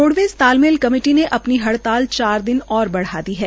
roadways तालमेल committee ने अपनी हड़ताल चार दिन ओर बढ़ा दी है